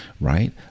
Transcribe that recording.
right